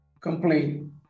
complain